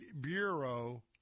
bureau